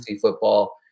football